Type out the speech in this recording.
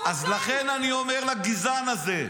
לכן אני אומר לגזען הזה,